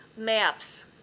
Maps